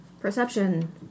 Perception